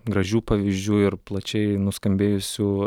gražių pavyzdžių ir plačiai nuskambėjusių